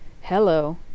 Hello